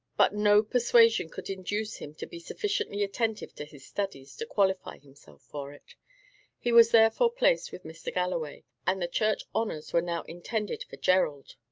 but no persuasion could induce him to be sufficiently attentive to his studies to qualify himself for it he was therefore placed with mr. galloway, and the church honours were now intended for gerald.